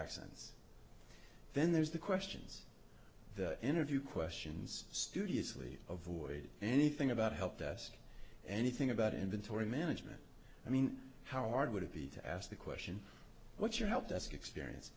accents then there's the questions the interview questions studiously avoided anything about helpdesk anything about inventory management i mean how hard would it be to ask the question what's your helpdesk experience